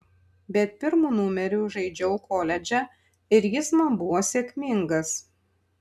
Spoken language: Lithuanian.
bet pirmu numeriu žaidžiau koledže ir jis man buvo sėkmingas